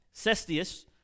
Cestius